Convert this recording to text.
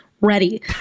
ready